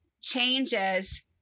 changes